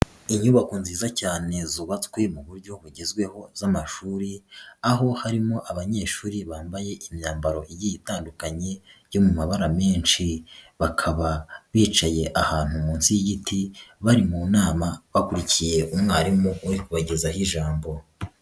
Inyubako nziza cyane zubatswe mu buryo bugezweho z'amashuri aho harimo abanyeshuri bambaye imyambaro igiye itandukanye yo mu mabara menshi, bakaba bicaye ahantu munsi y'igiti bari mu nama bakurikiye umwarimu uri kubagezaho ijambo.